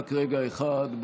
רק רגע אחד,